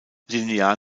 linear